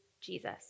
Jesus